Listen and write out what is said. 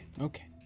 okay